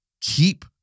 keep